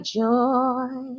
joy